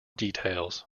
details